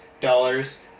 dollars